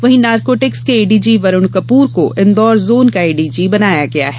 वहीं नार्कोटिक्स के एडीजी वरूण कपूर को इन्दौर जोन का एडीजी बनाया गया है